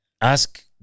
ask